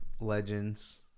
Legends